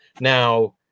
Now